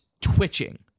twitching